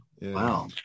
wow